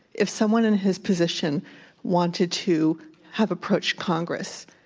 if someone in his position wanted to have approached congress